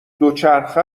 دوچرخه